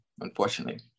Unfortunately